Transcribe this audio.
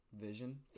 Vision